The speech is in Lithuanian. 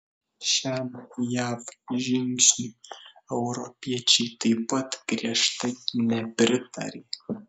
šiam jav žingsniui europiečiai taip pat griežtai nepritarė